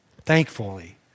thankfully